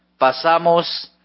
pasamos